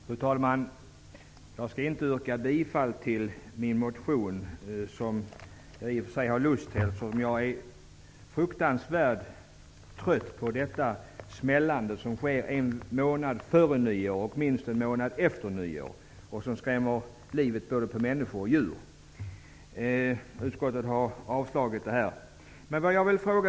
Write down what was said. Fru talman! Jag skall inte yrka bifall till min motion, vilket jag i och för sig skulle ha lust med. Jag är fruktansvärt trött på det smällande som äger rum en månad före nyår och minst en månad efter nyår och som skrämmer livet ur både människor och djur.